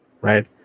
right